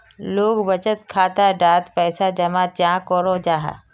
लोग बचत खाता डात पैसा जमा चाँ करो जाहा?